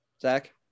Zach